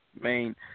Main